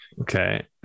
Okay